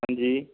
ਹਾਂਜੀ